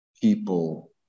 people